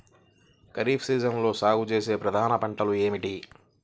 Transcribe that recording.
ఖరీఫ్ సీజన్లో సాగుచేసే ప్రధాన పంటలు ఏమిటీ?